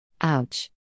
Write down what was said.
Ouch